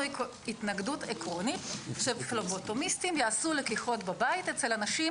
התנגדות עקרונית שפבלוטומיסטים יעשו לקיחות בבית אצל אנשים